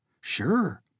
Sure